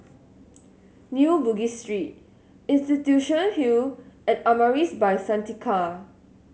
New Bugis Street Institution Hill and Amaris By Santika